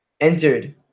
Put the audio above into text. entered